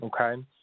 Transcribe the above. Okay